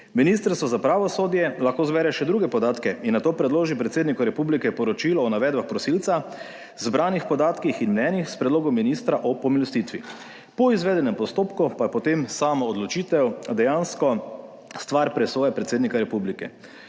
Ministrstvo za pravosodje lahko zbere še druge podatke in nato predloži predsedniku republike poročilo o navedbah prosilca zbranih podatkih in mnenjih s predlogom ministra o pomilostitvi, **6. TRAK: (NB) – 14.25** (Nadaljevanje) po izvedenem postopku pa je potem sama odločitev dejansko stvar presoje predsednika republike.